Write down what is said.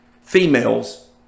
females